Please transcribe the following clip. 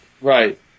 Right